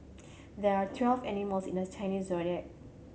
there are twelve animals in the Chinese Zodiac